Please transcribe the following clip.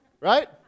right